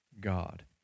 God